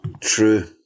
True